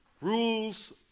rules